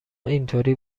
اینطوری